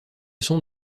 sont